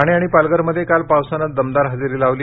ठाणे आणि पालघरमध्ये काल पावसानं दमदार हजेरी लावली